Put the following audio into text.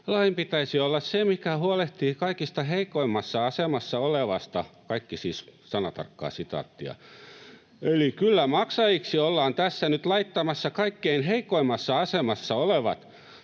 ”Lain pitäisi olla se, mikä huolehtii kaikista heikoimmassa asemassa olevasta.” — Kaikki siis sanatarkkaa sitaattia. — ”Eli kyllä maksajiksi ollaan tässä nyt laittamassa kaikkein heikoimmassa asemassa olevat.”